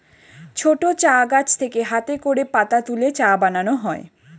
ছোট চা গাছ থেকে হাতে করে পাতা তুলে চা বানানো হয়